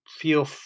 feel